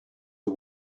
are